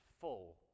full